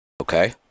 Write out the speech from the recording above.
Okay